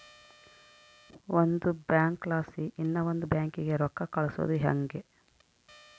ಒಂದು ಬ್ಯಾಂಕ್ಲಾಸಿ ಇನವಂದ್ ಬ್ಯಾಂಕಿಗೆ ರೊಕ್ಕ ಕಳ್ಸೋದು ಯಂಗೆ